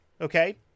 okay